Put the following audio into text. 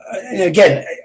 again